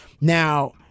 Now